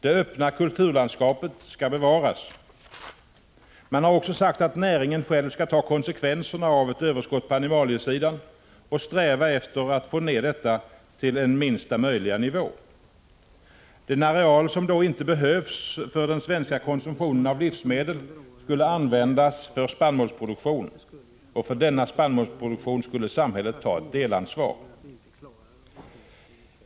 Det öppna kulturlandskapet skall bevaras. Man har också sagt att näringen själv skall ta konsekvenserna av ett överskott på animaliesidan och sträva efter att få ned detta till en minsta möjliga nivå. Den areal som då inte behövs för den svenska konsumtionen av livsmedel skulle användas för spannmålsproduktion, och för denna spannmålsproduktion skulle samhället ta ett delansvar.